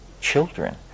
children